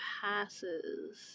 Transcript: passes